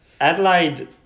Adelaide